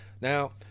Now